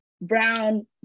brown